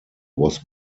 was